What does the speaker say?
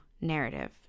narrative